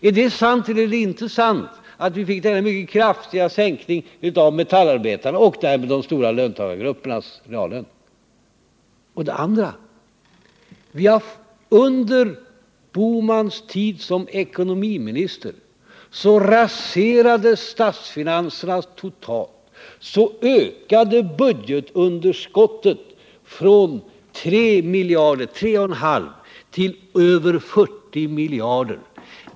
Är det sant eller är det inte sant att vi fick denna mycket kraftiga sänkning av metallarbetarnas och därmed de stora löntagargruppernas reallöner? Den andra saken är att under herr Bohmans tid som ekonomiminister statsfinanserna totalt har raserats och budgetunderskottet ökat från 3,5 miljarder till över 40 miljarder.